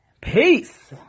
peace